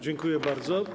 Dziękuję bardzo.